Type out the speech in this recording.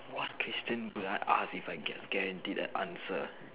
what question would I ask if I can get guaranteed an answer